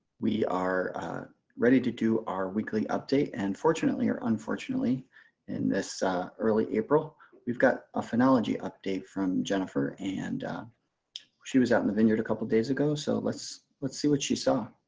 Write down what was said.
we are ready to do our weekly update and fortunately or unfortunately in this early april we've got a phenology update from jennifer. and she was out in the vineyard a couple days ago so let's let's see what she saw.